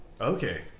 Okay